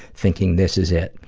thinking, this is it.